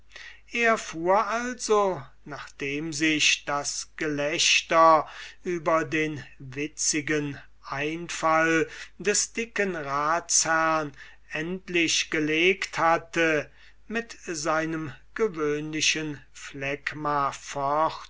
er fuhr also nachdem sich das gelächter über den witzigen einfall des dicken ratsherrn endlich gelegt hatte mit seinem gewöhnlichen